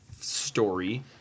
story